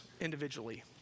individually